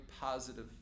positive